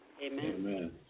Amen